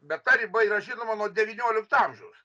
bet ta riba yra žinoma nuo devyniolikto amžiaus